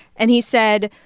and he said,